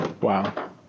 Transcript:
Wow